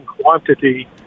quantity